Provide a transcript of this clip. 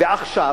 ועכשיו,